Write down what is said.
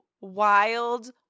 wild